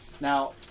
Now